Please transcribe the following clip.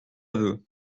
aveu